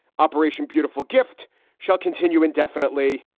operation beautiful gift shall continue indefinitely.